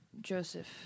Joseph